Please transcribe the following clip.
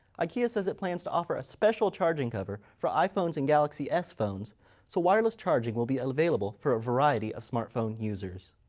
ikea says it plans to offer a special charging cover for iphones and galaxy s phones so wireless charging will be available for a variety of smartphone users.